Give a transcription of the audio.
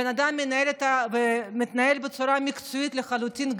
בן אדם מתנהל בצורה מקצועית לחלוטין,